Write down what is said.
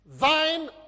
thine